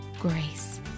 grace